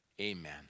Amen